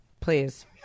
Please